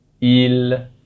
il